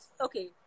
Okay